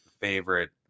favorite